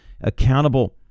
accountable